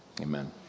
amen